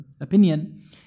opinion